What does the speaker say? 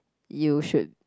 you should